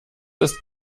ist